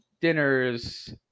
dinners